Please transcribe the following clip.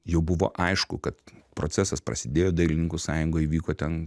jau buvo aišku kad procesas prasidėjo dailininkų sąjungoj vyko ten